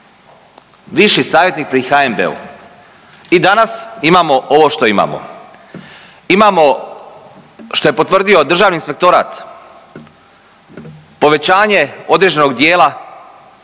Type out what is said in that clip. Viši savjetnik pri HNB-u. I danas imamo ovo što imamo. Imamo što je potvrdio Državni inspektorat, povećanje određenog dijela